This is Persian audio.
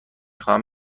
خواهم